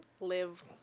live